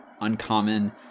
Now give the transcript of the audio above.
uncommon